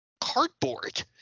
cardboard